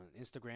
instagram